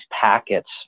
packets